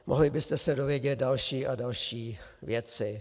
Mohli byste se dovědět další a další věci.